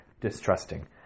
distrusting